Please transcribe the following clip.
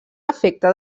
efecte